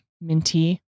minty